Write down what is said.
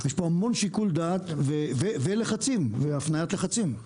יש פה המון שיקול דעת והפניית לחצים.